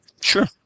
Sure